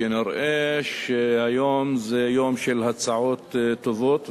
שכנראה שהיום זה יום של הצעות טובות,